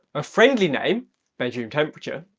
a friendly name bedroom temperature,